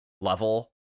level